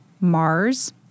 Mars